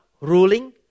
ruling